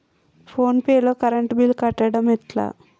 Phone pay లో current bill కట్టడం ఎట్లా?